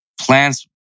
plants